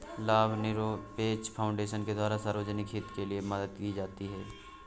लाभनिरपेक्ष फाउन्डेशन के द्वारा सार्वजनिक हित के लिये मदद दी जाती है